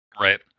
Right